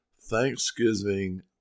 Thanksgiving